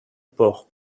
porc